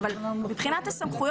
אבל חוץ מזה,